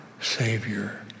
Savior